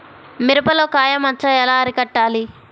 మిరపలో కాయ మచ్చ ఎలా అరికట్టాలి?